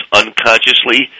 unconsciously